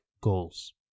goals